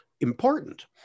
important